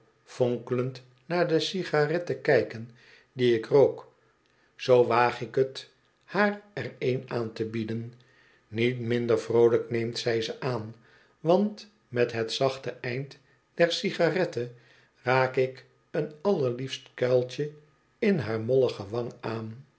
fonkelend naar de cigarette kijken die ik rook zoo waag ik t haar er een aan te bieden niet minder vroolijk neemt zij ze aan want met het zachte eind der cigarette raak ik een allerliefst kuiltje in haar mollige wang aan